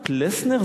פלסנר?